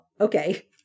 okay